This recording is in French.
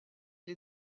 les